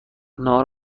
ناهار